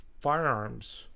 firearms